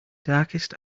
darkest